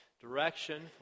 direction